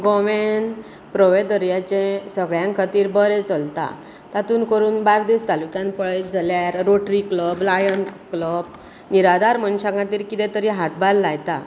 गोव्यांत प्रोवेदोरियाचें सगळ्यां खातीर बरें चलता तातूंत करून बार्देस तालुक्यांत पळयत जाल्यार रोटरी क्लब लायन्स क्लब निराधार मनशां खातीर कितें तरी हातभार लायता